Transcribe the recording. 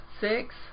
Six